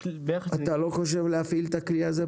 אתה לא חושב להפעיל את הכלי הזה פה?